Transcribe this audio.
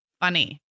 funny